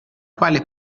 quale